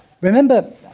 Remember